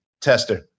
tester